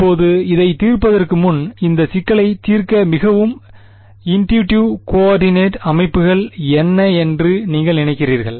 இப்போது இதைத் தீர்ப்பதற்கு முன் இந்த சிக்கலைத் தீர்க்க மிகவும் இண்டிடியூ கோஆர்டினேட் அமைப்புகள் என்ன என்று நீங்கள் நினைக்கிறீர்கள்